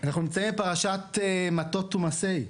אנחנו נמצאים בפרשת מטות ומסעי.